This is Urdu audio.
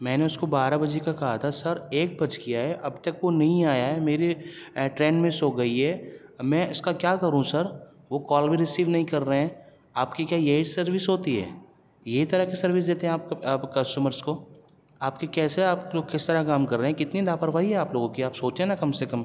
میں نے اس کو بارہ بجے کا کہا تھا سر ایک بج گیا ہے اب تک وہ نہیں آیا ہے میری ٹرین مس ہو گئی ہے میں اس کا کیا کروں سر وہ کال بھی رسیوو نہیں کر رہے ہیں آپ کی کیا یہی سروس ہوتی ہے یہی طرح کی سروس دیتے ہیں آپ آپ کسٹمرس کو آپ کی کیسے آپ کو کس طرح کام کر رہے ہیں کتنی لاپرواہی ہے آپ لوگوں کی آپ سوچیں نا کم سے کم